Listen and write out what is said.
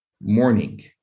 morning